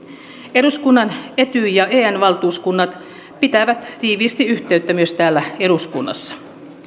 eduskunnan etyj ja en valtuuskunnat pitävät tiiviisti yhteyttä myös täällä eduskunnassa